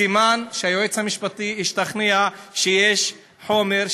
סימן שהיועץ המשפטי השתכנע שיש חומר,